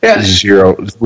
zero